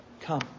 come